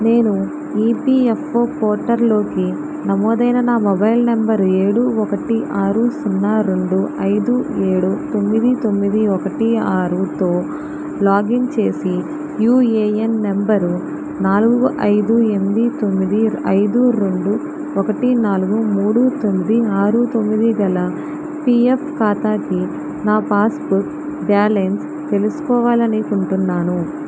నేను EPFO portal లోకి నమోదైన నా మొబైల్ నెంబర్ ఏడూ ఒకటి ఆరు సున్నా రెండు ఐదు ఏడూ తొమ్మిది తొమ్మిది ఒకటి ఆరుతో లాగిన్ చేసి యూఏఏఎన్ నెంబరు నాలుగు ఐదు ఎనిమిది తొమ్మిది ఐదు రెండు ఒకటి నాలుగు మూడు తొమ్మిది ఆరు తొమ్మిది గల పీఎఫ్ ఖాతాకి నా పాస్బుక్ బ్యాలెన్స్ తెలుసుకోవాలని కుంటున్నాను